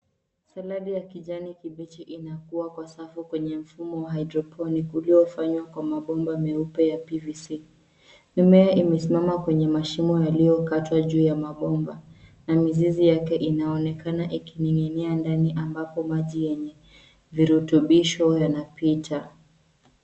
Saladi ya kijani kibichi inakuwa kwa safu kwenye mfumo wa hydroponik uliofanywa kwa mabomba meupe ya PVC. Mimea imesimama kwenye mashimo yaliokatwa juu ya mabomba na mzizi yake inaonekana ikining'inia ndani ambapo maji yenye virutubisho yanapita.